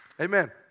Amen